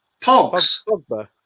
Pogs